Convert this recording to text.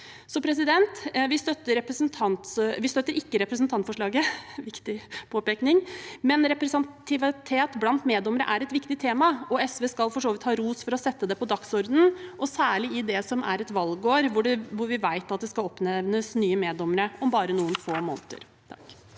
plikt. Vi støtter ikke representantforslaget, men representativitet blant meddommere er et viktig tema, og SV skal for så vidt ha ros for å sette det på dagsordenen, særlig i et valgår, og da vi vet at det skal oppnevnes nye meddommere om bare noen få måneder.